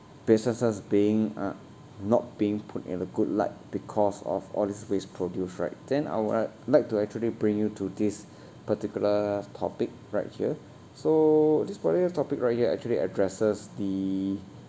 businesses being uh not being put in a good light because of all this waste produce right then I will like like to actually bring you to this particular topic right here so this particular topic right here actually addresses the